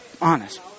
honest